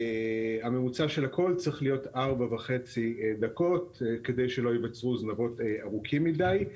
והממוצע של הכול צריך להיות 4.5 דקות כדי שלא ייווצרו זנבות ארוכים מדי.